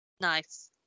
nice